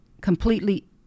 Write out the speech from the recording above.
completely